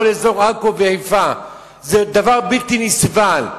כל אזור עכו וחיפה זה דבר בלתי נסבל.